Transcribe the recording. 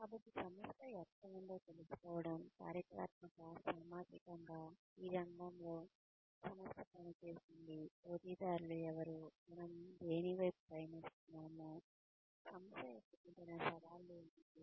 కాబట్టి సంస్థ ఎక్కడ ఉందో తెలుసుకోవడం చారిత్రాత్మకంగా సామాజికంగా ఈ రంగంలో సంస్థ పనిచేస్తుంది పోటీదారులు ఎవరు మనం దేని వైపు పయనిస్తున్నాము సంస్థ ఎదుర్కొంటున్న సవాళ్లు ఏమిటి